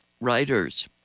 writers